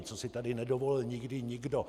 Co si tady nedovolil nikdy nikdo!